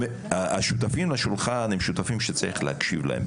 השותפים לשולחן הם שותפים שצריך להקשיב להם,